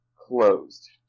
closed